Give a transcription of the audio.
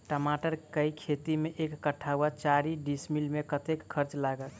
टमाटर केँ खेती मे एक कट्ठा वा चारि डीसमील मे कतेक खर्च लागत?